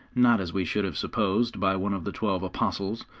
not as we should have supposed by one of the twelve apostles,